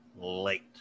late